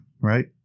right